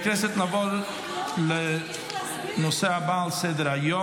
15 בעד, אפס מתנגדים.